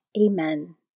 Amen